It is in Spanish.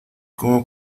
como